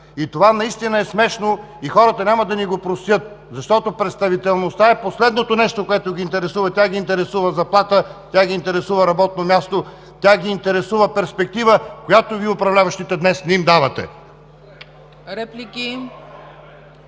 Това наистина е смешно и хората няма да ни го простят, защото представителността е последното нещо, което ги интересува. Тях ги интересува заплата, тях ги интересува работно място, тях ги интересува перспектива, която Вие – управляващите, днес не им давате.